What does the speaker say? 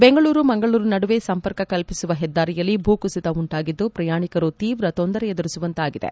ಬೆಂಗಳೂರು ಮಂಗಳೂರು ನಡುವೆ ಸಂಪರ್ಕ ಕಲ್ವಿಸುವ ಹೆದ್ದಾರಿಯಲ್ಲಿ ಭೂ ಕುಸಿತ ಉಂಟಾಗಿದ್ದು ಪ್ರಯಾಣಿಕರು ತೀವ್ರ ತೊಂದರೆ ಎದುರಿಸುವಂತಾಗಿದೆ